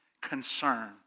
concern